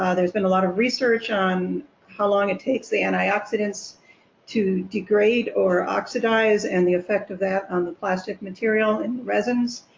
ah there's been a lot of research on how long it takes the antioxidants to degrade or oxidize and the effect of that on the plastic material and the resins,